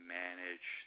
manage